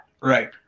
Right